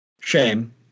Shame